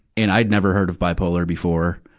and i'd never heard of bipolar before.